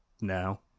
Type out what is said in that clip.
no